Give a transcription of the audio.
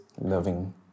loving